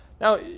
Now